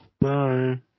Bye